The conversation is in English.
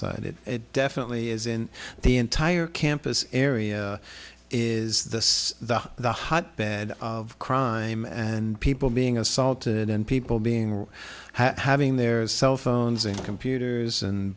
side it definitely is in the entire campus area is this the the hotbed of crime and people being assaulted and people being having their cell phones and computers and